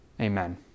Amen